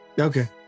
Okay